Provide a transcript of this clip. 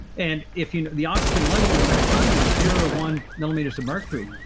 and if you know, the oxygen level in the mitochondria is zero to one millimeters of mercury,